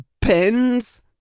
Pens